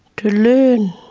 to learn.